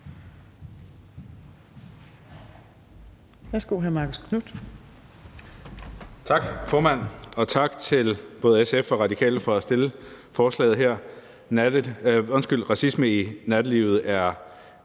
Tak, formand, og tak til både SF og Radikale for at fremsætte forslagene. Racisme i nattelivet er